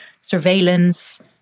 surveillance